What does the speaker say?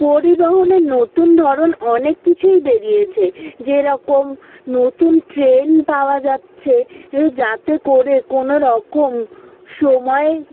পরিবহনের নতুন ধরন অনেক কিছুই বেরিয়েছে যেরকম নতুন ট্রেন পাওয়া যাচ্ছে হে যাতে করে কোনো রকম সময়ে